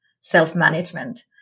self-management